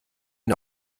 ihn